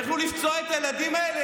יכלו לפצוע את הילדים האלה,